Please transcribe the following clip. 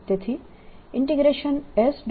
તેથી S